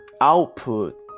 output